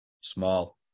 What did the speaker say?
small